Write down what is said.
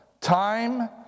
time